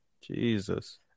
Jesus